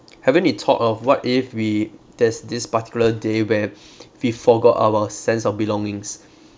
haven't you thought of what if we there's this particular day where we forgot our sense of belongings